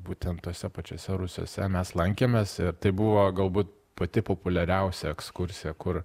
būtent tuose pačiuose rūsiuose mes lankėmės tai buvo galbūt pati populiariausia ekskursija kur